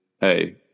hey